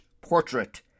portrait